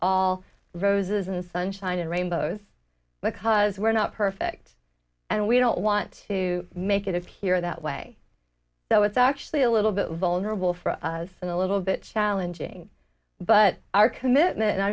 all roses and sunshine and rainbows because we're not perfect and we don't want to make it appear that way though it's actually a little bit vulnerable for a little bit challenging but our commitment and i